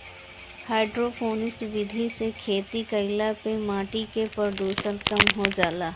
hydroponics विधि से खेती कईला पे माटी के प्रदूषण कम हो जाला